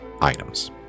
items